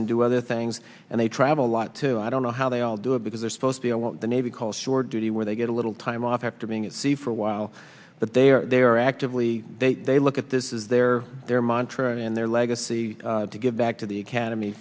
and do other things and they travel a lot too i don't know how they all do it because they're supposed to know what the navy calls shore duty where they get a little time off after being at sea for a while but they are they are actively they they look at this is their their mantra and their legacy to give back to the academy